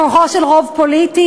בכוחו של רוב פוליטי?